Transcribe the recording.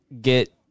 get